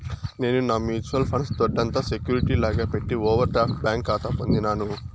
నేను నా mutual funds దొడ్డంత సెక్యూరిటీ లాగా పెట్టి ఓవర్ డ్రాఫ్ట్ బ్యాంకి కాతా పొందినాను